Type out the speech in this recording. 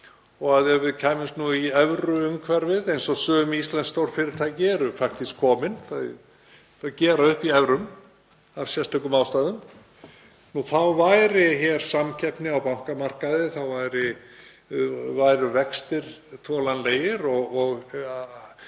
og ef við kæmumst nú í evruumhverfið, eins og sum íslensk stórfyrirtæki eru faktískt komin, þau gera upp í evrum af sérstökum ástæðum, þá væri hér samkeppni á bankamarkaði, þá væru vextir þolanlegir.